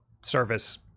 service